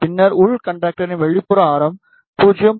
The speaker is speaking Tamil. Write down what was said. பின்னர் உள் கண்டக்டரின் வெளிப்புற ஆரம் 0